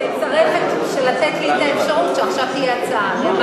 לתת לי את האפשרות שעכשיו תהיה ההצעה שלי.